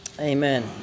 Amen